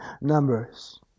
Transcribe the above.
Numbers